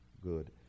good